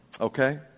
okay